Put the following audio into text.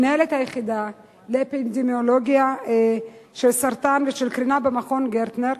מנהלת היחידה לאפידמיולוגיה של סרטן ושל קרינה במכון גרטנר,